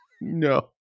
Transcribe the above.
No